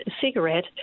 cigarette